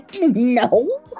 No